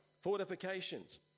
Fortifications